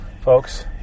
Folks